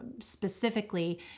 specifically